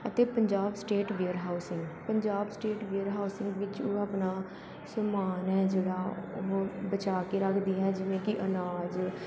ਅਤੇ Punjab state warehousing Punjab state warehousing ਵਿੱਚ ਉਹ ਆਪਣਾ ਸਮਾਨ ਹੈ ਜਿਹੜਾ ਉਹ ਬਚਾਅ ਕੇ ਰੱਖਦੀ ਹੈ ਜਿਵੇਂ ਕਿ ਅਨਾਜ